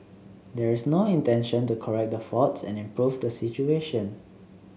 there is no intention to correct the faults and improve the situation